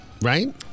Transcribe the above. Right